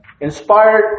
inspired